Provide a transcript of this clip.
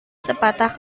sepatah